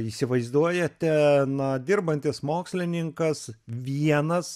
įsivaizduojate na dirbantis mokslininkas vienas